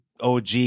OG